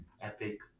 epic